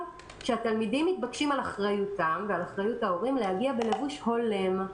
שהתלמידים מתבקשים על אחריותם ועל אחריות ההורים להגיע בלבוש הולם.